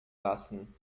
lassen